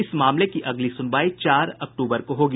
इस मामले की अगली सुनवाई चार अक्टूबर को होगी